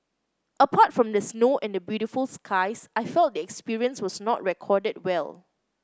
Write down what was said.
apart from the snow and the beautiful skies I felt the experience was not recorded well